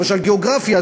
למשל גיאוגרפיה,